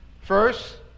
First